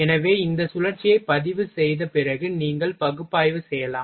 எனவே இந்த சுழற்சியைப் பதிவுசெய்த பிறகு நீங்கள் பகுப்பாய்வு செய்யலாம்